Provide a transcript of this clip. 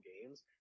games